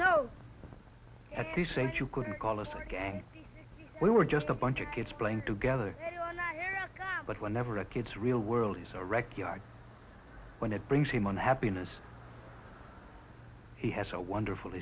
know at this age you couldn't call us a gang we were just a bunch of kids playing together but whenever a kid's real world is a rec yard when it brings him on happiness he has a wonderful